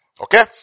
Okay